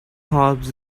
hobs